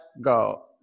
go